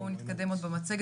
בואו נתקדם עוד במצגת.